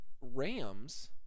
Rams